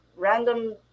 random